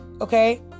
okay